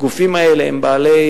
הגופים האלה הם בעלי